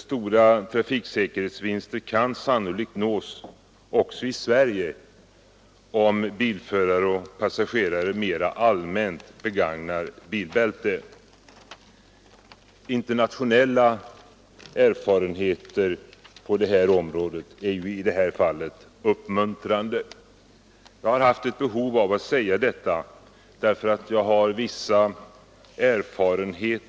Stora trafiksäkerhetsvinster kan sannolikt nås också i Sverige, om bilförare och passagerare mera allmänt begagnar bilbälte. Internationella erfarenheter på området är i detta fall uppmuntrande. Jag har haft ett behov av att säga detta, eftersom jag har viss erfarenhet